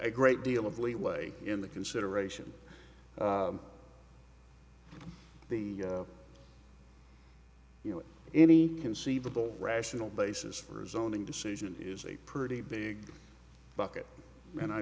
a great deal of leeway in the consideration be you know any conceivable rational basis for zoning decision is a pretty big bucket and i